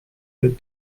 that